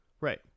right